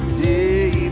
day